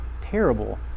terrible